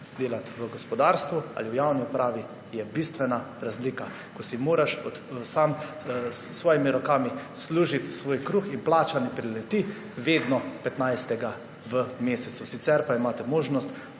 Delati v gospodarstvu ali v javni upravi je bistvena razlika, ko si moraš sam, s svojimi rokami služiti svoj kruh in plača ne prileti vedno 15. v mesecu. Sicer pa imate možnost,